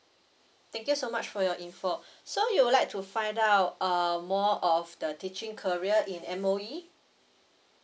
thank you so much for your info so you would like to find out uh more of the teaching career in M_O_E